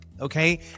okay